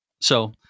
So-